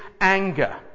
anger